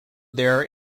there